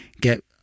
get